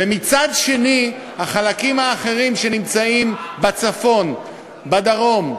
ומצד שני החלקים האחרים, שנמצאים בצפון, בדרום,